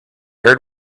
heard